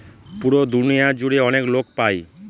পুরো দুনিয়া জুড়ে অনেক লোক পাই